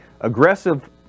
Aggressive